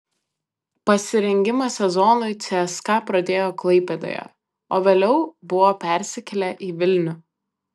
pasirengimą sezonui cska pradėjo klaipėdoje o vėliau buvo persikėlę į vilnių